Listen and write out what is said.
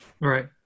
Right